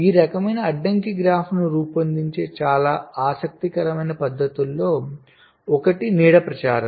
ఈ రకమైన అడ్డంకి గ్రాఫ్ను రూపొందించే చాలా ఆసక్తికరమైన పద్ధతుల్లో ఒకటి నీడ ప్రచారం